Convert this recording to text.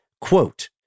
Quote